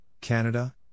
Canada